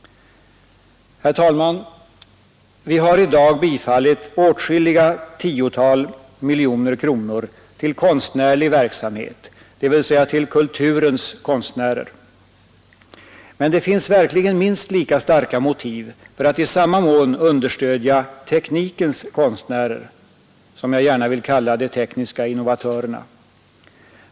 Herr talman! Vi har i dag beviljat åtskilliga tiotal miljoner kronor till konstnärlig verksamhet, dvs. till kulturens konstnärer. Men det finns verkligen minst lika starka motiv för att i samma mån understödja teknikens konstnärer, som jag gärna vill kalla de tekniska innovatörerna.